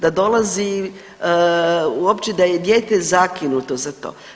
Da dolazi uopće da je dijete zakinuto za to.